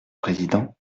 président